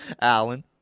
alan